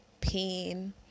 pain